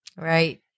Right